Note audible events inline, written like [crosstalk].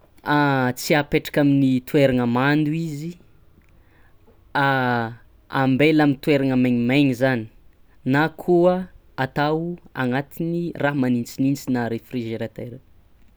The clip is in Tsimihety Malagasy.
[hesitation] tsy apaitraka amin'ny toairagana mando izy [hesitation] ambaila amy toairagna maignimaigny zany na koa atao agnatin'ny raha manintsinintsy na réfrigerateur.